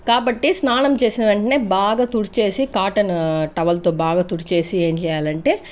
కాబట్టి స్నానం చేసిన వెంటనే బాగా తుడిచేసి కాటన్ టవల్ తో బాగా తుడిచేసి ఏం చేయాలంటే